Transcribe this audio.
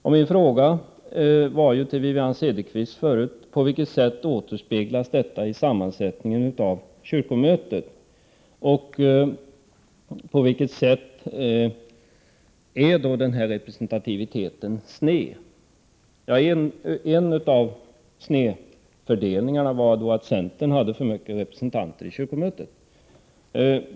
Men min fråga till Wivi-Anne Cederqvist var ju: På vilket sätt återspeglas detta i sammansättningen av kyrkomötet? Jag frågar alltså på vilket sätt den här representativiteten är sned? Ett av argumenten beträffande snedfördelningen var ju att centern hade för många representanter i kyrkomötet.